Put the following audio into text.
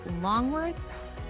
Longworth